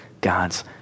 God's